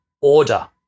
order